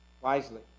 wisely